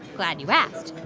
glad you asked.